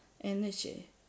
energy